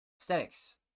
aesthetics